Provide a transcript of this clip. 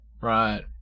Right